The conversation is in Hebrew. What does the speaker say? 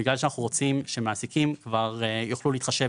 בגלל שאנחנו רוצים שמעסיקים כבר יוכלו להתחשב